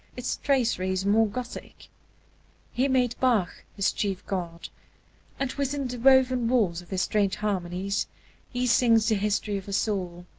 its traceries more gothic he made bach his chief god and within the woven walls of his strange harmonies he sings the history of a soul,